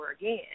again